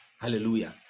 Hallelujah